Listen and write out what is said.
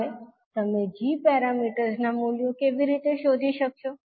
હવે તમે g parameters નાં મૂલ્યો કેવી રીતે શોધી શકશો